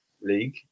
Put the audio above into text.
League